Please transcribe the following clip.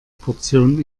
portion